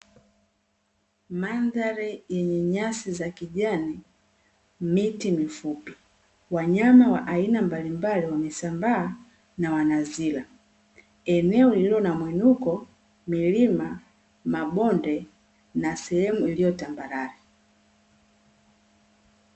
Mandhari yenye nyasi za kijani, miti mifupi wanyama wa aina mbaliimbali wamesambaa na wanazila. Eneo lilio na muinuko, milima, mabonde na sehemu zilizo tambarare.